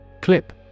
Clip